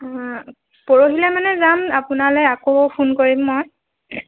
অঁ পৰহিলে মানে যাম আপোনালে আকৌ ফোন কৰিম মই